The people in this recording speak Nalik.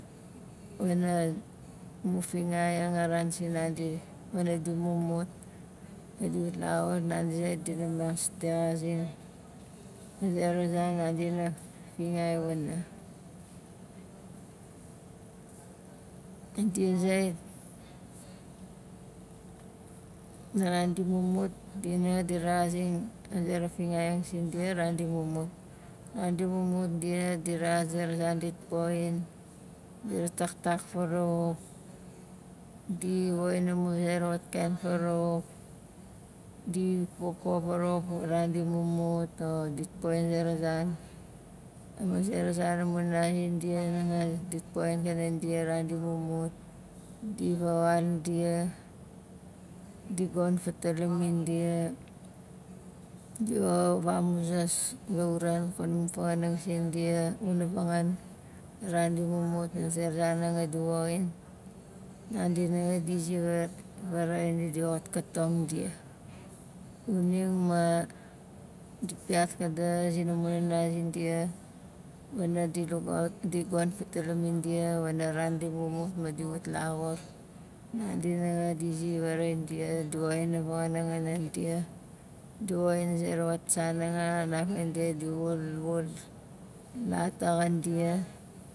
Wana mu fingaiang a ran sinandi wana di mumut ma di wat laxur nandi zait dina mas texazing a zera zan nandi hanga dina fingai wana dia zait a ran di mumut dia nanga di rexazing a zera fingaiang sindia a ran di mumut a ran di mumut dia di rexas a zera zan dit poxin di rataktak farauwak di woxin amu zera wat kain farauwak di popo varawauk a ran di mumut o dit poxin a zera zan ma zera zan amu nana zindia hanga dit poxin panan dia a ran di mumut di vawaul dia di gon fatalamin dia di wa vamuzas lauran fa na mu fangaanang sindia xuna vangaan a ran di mumut ma zera zan nanga di woxin handi nanga di zi vaara vaaraxain dia di xatkatong dia xuning ma di piat kadaxa zina mu nana zindia wana di lugaut di gon fatalamin dia wana ran di mumut ma di wat laxur nandi nanga di zi vaaraxain dia di woxin a vangaanang anan dia di woxin a zera wat san nanga xanaf di wul, wul lat axan dia